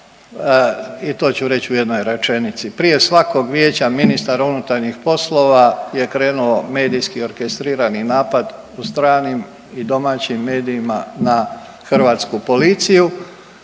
i to ću reći u jednoj rečenici. Prije svakog vijeća ministara unutarnjih poslova je krenuo medijski orkestrirani napad u stranim i domaćim medijima na Hrvatsku policiju